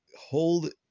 hold